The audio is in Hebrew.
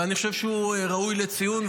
ואני חושב שהוא ראוי לציון,